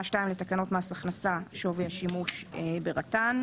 2 לתקנות מס הכנסה (שווי השימוש ברדיו טלפון נייד).